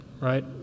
right